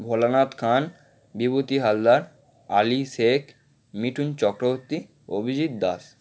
Bholanath Khan Bibhuti Haldar Ali Sheikh Mithun Chakraborty Abhijit Das